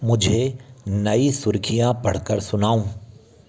मुझे नई सुर्खियाँ पढ़ कर सुनाऊँ